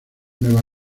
nueva